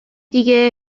دیگه